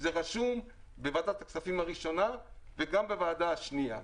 זה רשום בוועדת הכספים הראשונה וגם בוועדה השנייה.